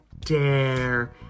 dare